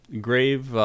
Grave